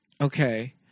Okay